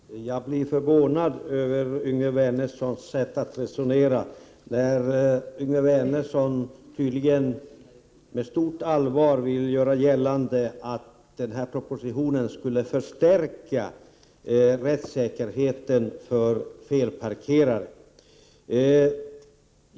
Herr talman! Jag blir förvånad över Yngve Wernerssons sätt att resonera, när han tydligen med stort allvar gör gällande att den här propositionen skulle stärka rättssäkerheten för felparkerare.